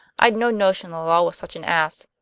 i'd no notion the law was such an ass.